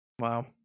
wow